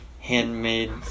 Handmade